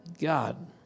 God